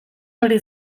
hori